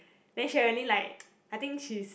then Sherilyn like I think she's